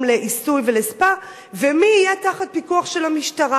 לעיסוי ולספא ומי יהיה תחת פיקוח של המשטרה.